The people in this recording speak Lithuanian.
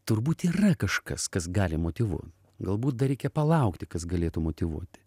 turbūt yra kažkas kas gali motyvuot galbūt dar reikia palaukti kas galėtų motyvuoti